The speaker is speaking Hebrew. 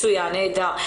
מצוין, נהדר.